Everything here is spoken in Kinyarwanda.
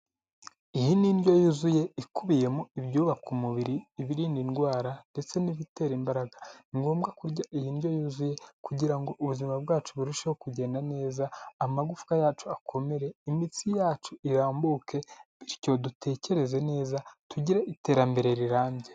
Iyi ni indyo yuzuye ikubiyemo ibyubaka umubiri, ibirinda indwara, ndetse n'ibitera imbaraga. Ni ngombwa kurya iyi ndyo yuzuye kugira ubuzima bwacu burusheho kugenda neza, amagufwa yacu akomere, imitsi yacu irambuke bityo dutekereze neza tugire iterambere rirambye.